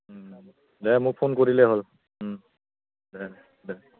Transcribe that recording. দে মোক ফোন কৰিলেই হ'ল দে দে